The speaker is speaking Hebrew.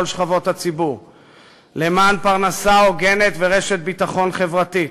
שכבות הציבור למען פרנסה הוגנת ורשת ביטחון חברתית,